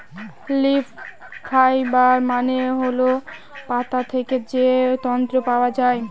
leaf fibre মানে হল পাতা থেকে যে তন্তু পাওয়া যায়